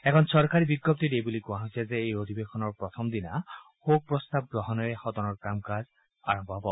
এখন চৰকাৰী বিজ্ঞপ্তিত এই বুলি কোৱা হৈছে যে এই অধিৱেশনৰ প্ৰথম দিনা শোকপ্ৰস্তাৱ গ্ৰহণেৰে সদনৰ কাম কাজ আৰম্ভ হ'ব